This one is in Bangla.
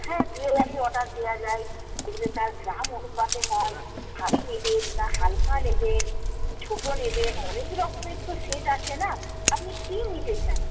হ্যাঁ জুয়েলারির অর্ডার দেওয়া যায় এগুলো তার গ্রাম অনুপাতে হয় ভারী নেবেন না হালকা নেবেন ছোটো নেবেন অনেক রকমের তো সেট আছে না আপনি কী নিতে চান